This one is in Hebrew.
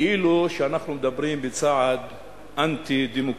כאילו אנחנו מדברים בצעד אנטי-דמוקרטי.